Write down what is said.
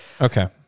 Okay